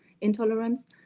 Intolerance